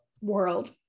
world